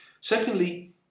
Secondly